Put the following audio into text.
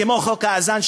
כמו חוק האד'אן,